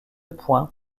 points